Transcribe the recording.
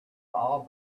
all